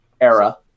era